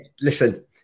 Listen